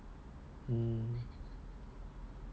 oh